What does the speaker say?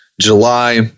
July